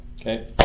okay